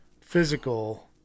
physical